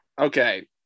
okay